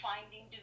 finding